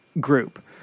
group